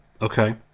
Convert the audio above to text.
Okay